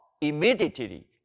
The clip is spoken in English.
immediately